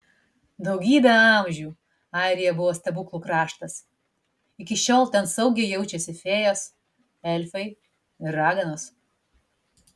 daugybę amžių airija buvo stebuklų kraštas iki šiol ten saugiai jaučiasi fėjos elfai ir raganos